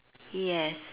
yes